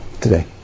today